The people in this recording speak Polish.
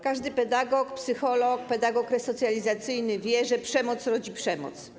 Każdy pedagog, psycholog, pedagog resocjalizacyjny wie, że przemoc rodzi przemoc.